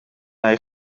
hij